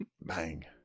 bang